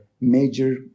major